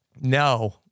No